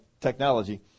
technology